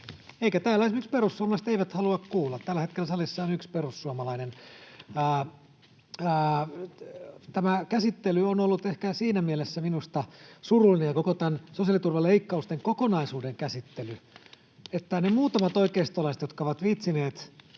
Eivätkä täällä esimerkiksi perussuomalaiset halua tätä kuulla — tällä hetkellä salissa on yksi perussuomalainen. Tämä käsittely on ollut ehkä siinä mielessä minusta surullinen — ja koko tämän sosiaaliturvaleikkausten kokonaisuuden käsittely — että ne muutamat oikeistolaiset, jotka ovat viitsineet